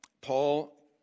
Paul